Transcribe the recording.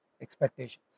expectations